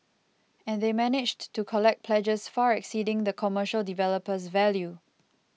and they managed to collect pledges far exceeding the commercial developer's value